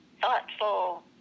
thoughtful